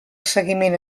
seguiment